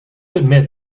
admit